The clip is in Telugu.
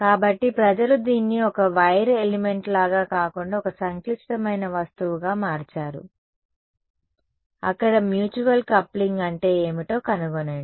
కాబట్టి ప్రజలు దీన్ని ఒక వైర్ ఎలిమెంట్ లాగా కాకుండా ఒక సంక్లిష్టమైన వస్తువుగా మార్చారు అక్కడ మ్యూచువల్ కప్లింగ్ అంటే ఏమిటో కనుగొనండి